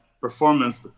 performance